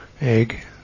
egg